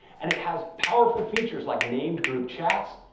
and it has powerful features like named group chats,